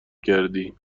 کردی